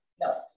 No